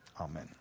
Amen